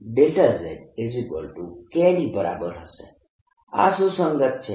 y dz K ની બરાબર હશે આ સુસંગત છે